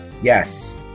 Yes